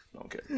Okay